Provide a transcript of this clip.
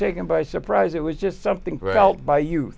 taken by surprise it was just something for help by you